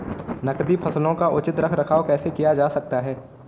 नकदी फसलों का उचित रख रखाव कैसे किया जा सकता है?